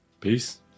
Peace